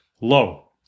low